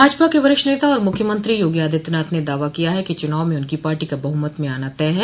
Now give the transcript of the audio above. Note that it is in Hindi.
भाजपा के वरिष्ठ नेता और मुख्यमंत्री योगी आदित्यनाथ ने दावा किया है कि चुनाव में उनकी पार्टी का बहुमत में आना तय है